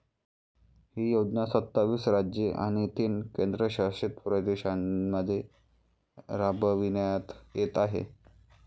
ही योजना सत्तावीस राज्ये आणि तीन केंद्रशासित प्रदेशांमध्ये राबविण्यात येत आहे